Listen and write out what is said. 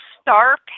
star